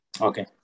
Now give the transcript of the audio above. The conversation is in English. Okay